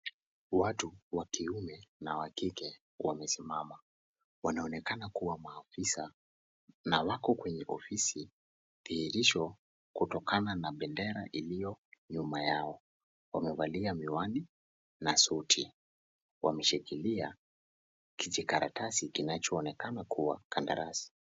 Watu wakiume, na wa kike wamesimama. Wanaonekana kuwa maafisa na wako kwenye ofisi, thihirisho kutokana na bendera iliyo nyuma yao. Wamevalia miwani na suti. Wameshikilia kijikaratasi kinachoonekana kuwa kandarasi.